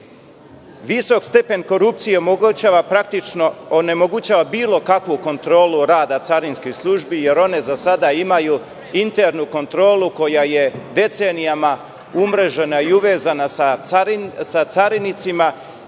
praktično onemogućava bilo kakvu kontrolu rada carinskih službi, jer one za sada imaju internu kontrolu koja je decenijama umrežena i uvezana sa carinicima